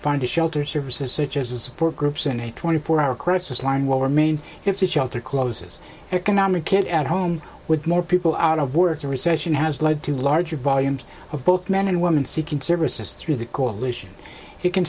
find a shelter services such as a support groups and a twenty four hour crisis line will remain if the shelter closes economic kid at home with more people out of work the recession has led to larger volumes of both men and women seeking services through the coalition you can